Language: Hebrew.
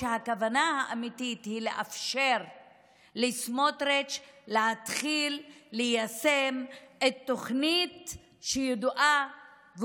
הכוונה האמיתית היא לאפשר לסמוטריץ' להתחיל ליישם את התוכנית הידועה,